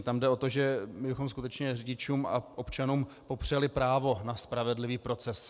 Tam jde o to, že bychom skutečně řidičům a občanům popřeli právo na spravedlivý proces.